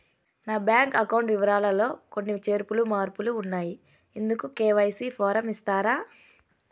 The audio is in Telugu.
నా బ్యాంకు అకౌంట్ వివరాలు లో కొన్ని చేర్పులు మార్పులు ఉన్నాయి, ఇందుకు కె.వై.సి ఫారం ఇస్తారా?